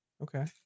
okay